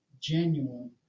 genuine